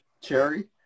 Cherry